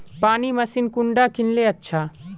पानी मशीन कुंडा किनले अच्छा?